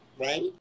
right